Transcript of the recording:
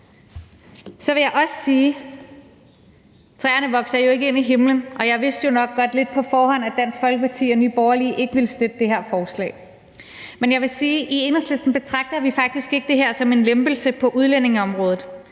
Så vil jeg også sige, at træerne jo ikke vokser ind i himlen, og jeg vidste jo nok godt lidt på forhånd, af Dansk Folkeparti og Nye Borgerlige ikke ville støtte det her forslag. Men jeg vil sige, at i Enhedslisten betragter vi faktisk ikke det her som en lempelse på udlændingeområdet.